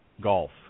golf